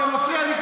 אתה מפריע לי,